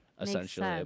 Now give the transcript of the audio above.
Essentially